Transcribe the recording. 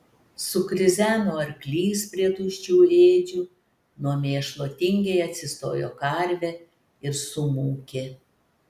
sukrizeno arklys prie tuščių ėdžių nuo mėšlo tingiai atsistojo karvė ir sumūkė